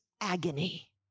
agony